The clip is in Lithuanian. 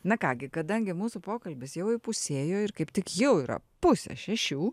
na ką gi kadangi mūsų pokalbis jau įpusėjo ir kaip tik jau yra pusė šešių